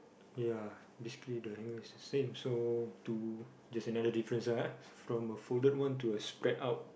ya basically the hanger is the same so to just another difference ah from a folded one to a spread out